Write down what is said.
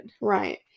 Right